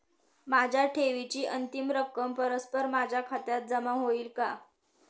माझ्या ठेवीची अंतिम रक्कम परस्पर माझ्या खात्यात जमा होईल का?